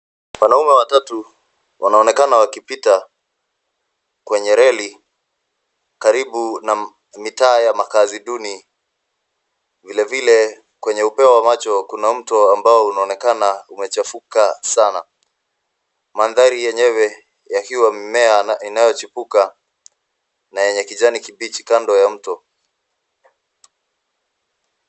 Wanaume watatu wanaonekana wakipita kwenye reli karibu na mitaa ya makazi duni. Vilevile kwenye upeo wa macho kuna mto ambao unaonekana umechafuka sana. Mandhari yenyewe yakiwa mimea inayochipuka na yenye kijani kibichi kando ya mto.